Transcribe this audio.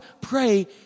pray